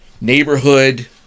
neighborhood